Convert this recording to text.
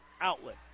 outlet